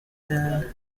the